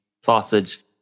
sausage